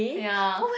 ya